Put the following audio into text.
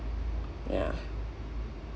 ya